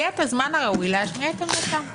יהיה הזמן הראוי להשמיע את עמדתם.